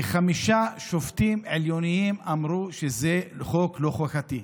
וחמישה שופטים עליונים אמרו שזה חוק לא חוקתי.